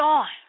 on